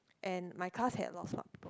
and my class had lots of book